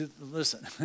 Listen